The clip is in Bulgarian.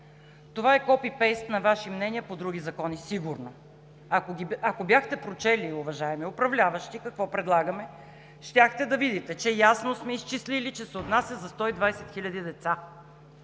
е копи пейст на Ваши мнения по други закони. Ако бяхте прочели, уважаеми управляващи, какво предлагаме, щяхте да видите, че ясно сме изчислили, че се отнася за 120 хиляди деца,